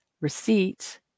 receipt